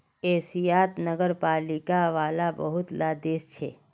एशियात नगरपालिका वाला बहुत ला देश छे